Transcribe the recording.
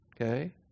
okay